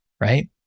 right